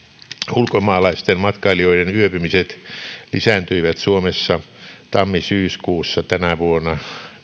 ulkomaalaisten matkailijoiden yöpymiset lisääntyivät suomessa tammi syyskuussa tänä vuonna